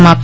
समाप्त